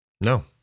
No